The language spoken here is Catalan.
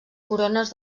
corones